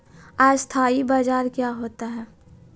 अस्थानी बाजार क्या होता है?